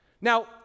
Now